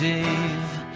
Dave